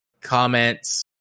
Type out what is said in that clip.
comments